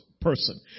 person